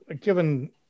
given